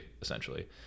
essentially